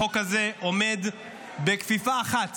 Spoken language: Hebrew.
החוק הזה עומד בכפיפה אחת